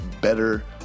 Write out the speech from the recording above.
better